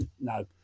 no